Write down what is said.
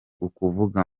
ukuvuga